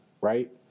right